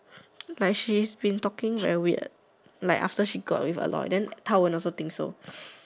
like she's been talking very weird like after she got with Aloy then Han-Wen also think so